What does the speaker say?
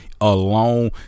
Alone